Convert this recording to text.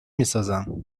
میسازم